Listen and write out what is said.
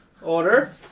order